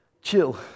Chill